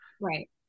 Right